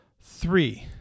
three